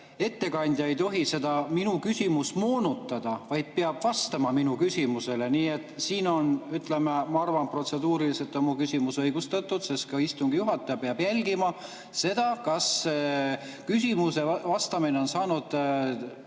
ettekandja ei tohi seda minu küsimust moonutada, vaid peab vastama minu küsimusele. Nii et siin on, ütleme, ma arvan, protseduuriliselt mu küsimus õigustatud. Istungi juhataja peab jälgima seda, kas on saadud